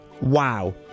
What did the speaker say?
Wow